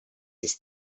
ist